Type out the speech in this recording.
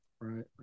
Right